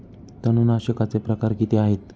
तणनाशकाचे प्रकार किती आहेत?